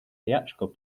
theatrical